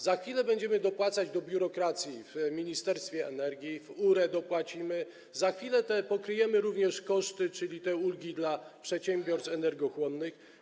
Za chwilę będziemy dopłacać do biurokracji w Ministerstwie Energii, w URE dopłacimy, za chwilę pokryjemy również te koszty, czyli te związane z ulgami dla przedsiębiorstw energochłonnych.